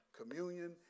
communion